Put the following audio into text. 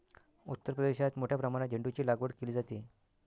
उत्तर प्रदेशात मोठ्या प्रमाणात झेंडूचीलागवड केली जाते